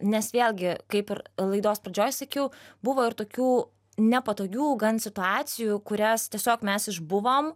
nes vėlgi kaip ir laidos pradžioj sakiau buvo ir tokių nepatogių gan situacijų kurias tiesiog mes išbuvom